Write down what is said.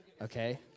okay